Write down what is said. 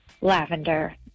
Lavender